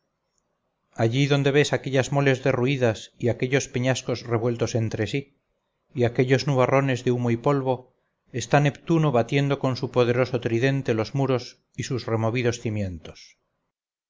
allí donde ves aquellas moles derruidas y aquellos peñascos revueltos entre sí y aquellos nubarrones de humo y polvo está neptuno batiendo con su poderoso tridente los muros y sus removidos cimientos